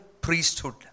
priesthood